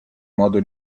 modo